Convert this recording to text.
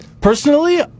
personally